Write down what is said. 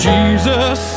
Jesus